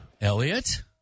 Elliot